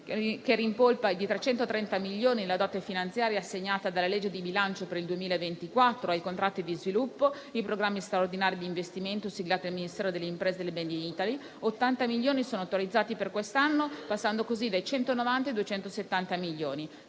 che rimpolpano di 330 milioni la dote finanziaria assegnata dalla legge di bilancio per il 2024 ai contratti di sviluppo, i programmi straordinari di investimento, siglati dal Ministero delle imprese e del *made in Italy*; 80 milioni sono autorizzati per quest'anno, passando così da 190 ai 270 milioni;